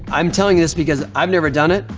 i'm telling you this because i've never done it,